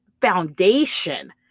foundation